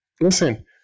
Listen